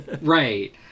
Right